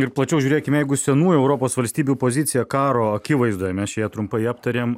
ir plačiau žiūrėkime jeigu senųjų europos valstybių pozicija karo akivaizdoje mes čia ją trumpai aptarėm